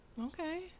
Okay